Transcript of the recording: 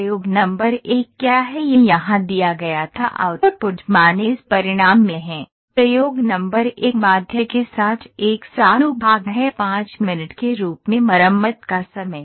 प्रयोग नंबर एक क्या है यह यहाँ दिया गया था आउटपुट मान इस परिणाम में हैं प्रयोग नंबर एक माध्य के साथ 100 भाग है 5 मिनट के रूप में मरम्मत का समय